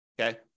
okay